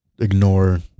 ignore